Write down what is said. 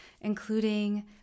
including